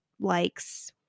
likes